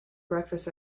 breakfast